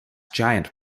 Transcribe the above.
giant